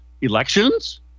elections